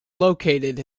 located